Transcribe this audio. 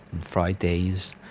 Fridays